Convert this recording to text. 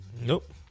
Nope